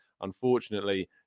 unfortunately